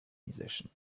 musician